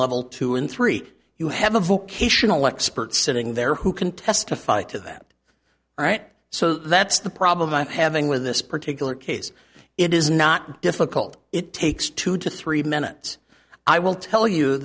level two and three you have a vocational expert sitting there who can testify to that all right so that's the problem i'm having with this particular case it is not difficult it takes two to three minutes i will tell you